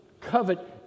covet